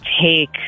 take